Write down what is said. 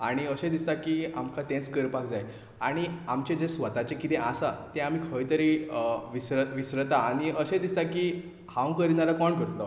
आनी अशें दिसता की आमकां तेंच करपाक जाय आनी आमचें जें स्वताचें कितें आसा तें आमी खंय तरी विसरता आनी असें दिसता की हांव करिना जाल्यार आनी कोण करतलो